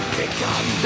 become